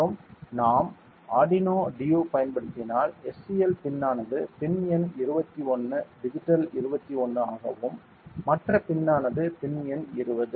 மற்றும் நாம் Arduino Due பயன்படுத்தினால் SCL பின் ஆனது பின் எண் 21 டிஜிட்டல் 21 ஆகவும் மற்ற பின் ஆனது பின் எண் 20